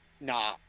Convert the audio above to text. Nah